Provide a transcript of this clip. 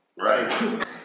Right